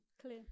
clear